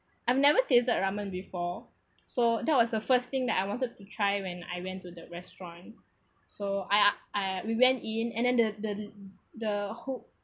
I've never tasted ramen before so that was the first thing that I wanted to try when I went to the restaurant so I I I we went in and then the the the whole